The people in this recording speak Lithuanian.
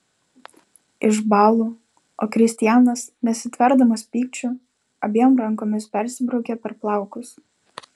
išbąlu o kristianas nesitverdamas pykčiu abiem rankomis persibraukia per plaukus